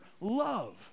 love